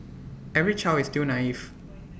every child is still naive